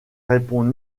réponds